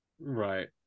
Right